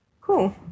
cool